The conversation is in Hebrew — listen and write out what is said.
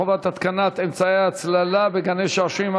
חובת התקנת אמצעי הצללה בגני-שעשועים),